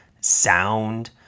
sound